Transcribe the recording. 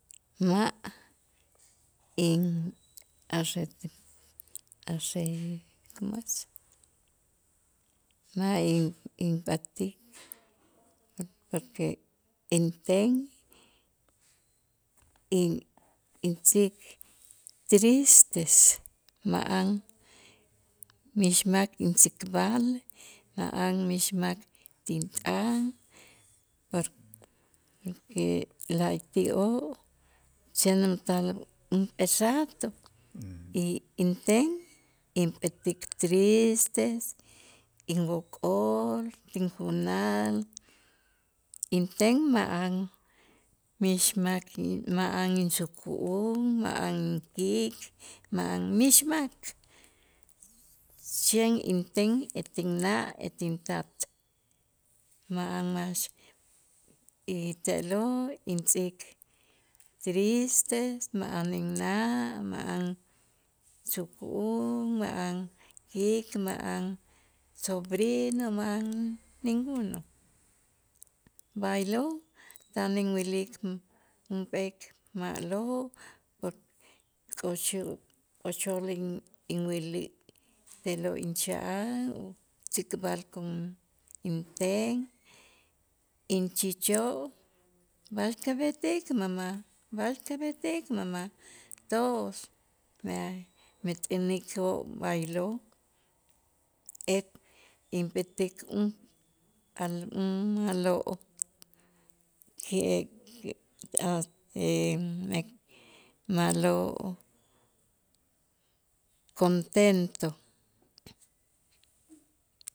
Ma' in- como es ma' in- inp'atik porque inten in- intz'iik tristes ma'an mix mak intzikb'al ja'an mix mak tin t'an por- porq la'ayti'oo' tan junp'ee rato y inten inp'etik tristes inwok'ol tinjunal inten ma'an mix mak ma'an insuku'un ma'an inkik ma'an mix mak xen inten ete inna' ete intat ma'an max y te'lo' intz'iik tristes ma'an inna' ma'an suku'un ma'an kik ma'an sobrino ma'an ninguno b'aylo' tan inwa'lik junp'eek ma'lo' porque k'uxu' k'ochol in- in inwili' te'lo' incha'an tzikb'al inten inch'iich'oo' b'a'ax kamentik mama' b'a'ax kab'etik mama' todos met'änikoo' b'aylo' et- inp'etik ma'lo' que- ma'lo' kontento